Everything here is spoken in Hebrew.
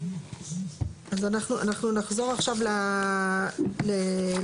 אז אנחנו נחזור עכשיו לסעיף,